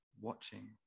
watching